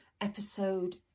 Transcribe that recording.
episode